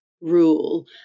rule